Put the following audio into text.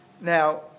now